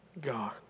God